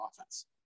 offense